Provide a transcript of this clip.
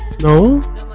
No